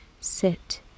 Sit